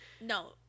no